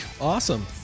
Awesome